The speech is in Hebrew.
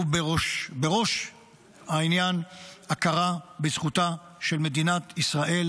ובראש העניין הכרה בזכותה של מדינת ישראל